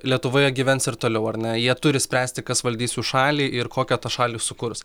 lietuvoje gyvens ir toliau ar ne jie turi spręsti kas valdys jų šalį ir kokią tą šalį sukurs